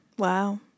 Wow